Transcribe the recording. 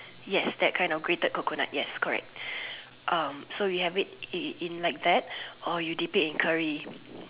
yes that kind of grated coconut yes correct um so we have it in in like that or we dip it in curry